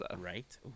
Right